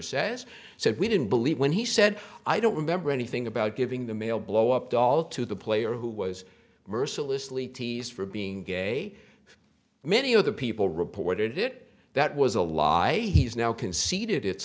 says so we didn't believe when he said i don't remember anything about giving the mail blow up doll to the player who was mercilessly teased for being gay many of the people reported it that was a lie he's now conceded it's